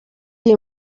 iyi